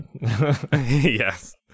yes